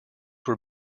were